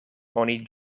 oni